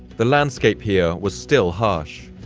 the landscape here was still harsh.